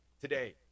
today